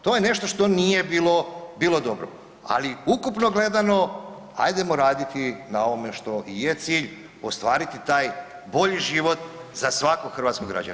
To je nešto što nije bilo dobro ali ukupno gledano, hajdemo raditi na ovome što i je cilj, ostvariti taj bolji život za svakog hrvatskog građanina.